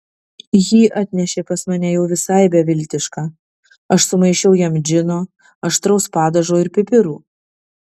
jį atnešė pas mane jau visai beviltišką aš sumaišiau jam džino aštraus padažo ir pipirų